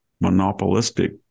monopolistic